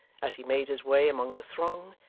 as he made his way among the throng,